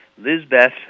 Lizbeth